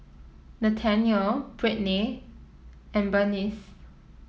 Nathanael Brittnay and Bernice